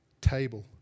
table